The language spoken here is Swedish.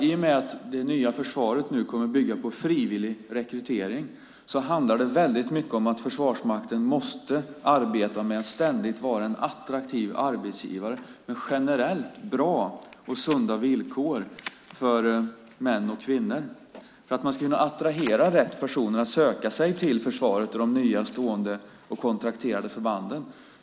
I och med att det nya försvaret kommer att bygga på frivillig rekrytering handlar det väldigt mycket om att Försvarsmakten måste arbeta med att ständigt vara en attraktiv arbetsgivare med generellt bra och sunda villkor för män och kvinnor. Det är viktigt för att kunna attrahera rätt personer att söka sig till försvaret och de nya stående och kontrakterade förbanden.